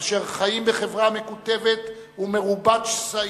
אשר חיים בחברה מקוטבת ומרובת שסעים,